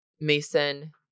Mason